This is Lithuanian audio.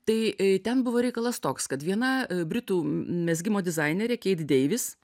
tai ten buvo reikalas toks kad viena britų mezgimo dizainerė keit deivis